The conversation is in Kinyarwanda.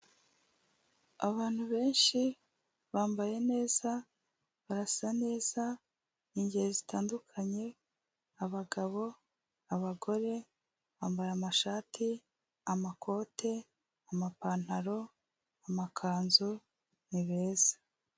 Abantu benshi bambaye neza, barasa neza, ingeri zitandukanye, abagabo, abagore, bambaye amashati, amakote, amapantaro, amakanzu. Ni beza.